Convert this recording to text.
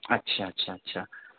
اچھا اچھا اچھا